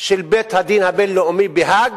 של בית-הדין הבין-לאומי בהאג,